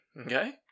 okay